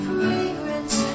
Fragrance